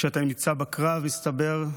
כשאתה נמצא בקרב, מסתבר,